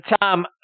Tom